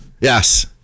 Yes